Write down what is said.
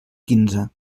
quinze